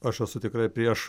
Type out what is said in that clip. aš esu tikrai prieš